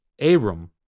Abram